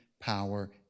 power